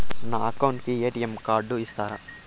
నా అకౌంట్ కు ఎ.టి.ఎం కార్డును ఇస్తారా